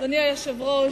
היושב-ראש,